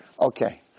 okay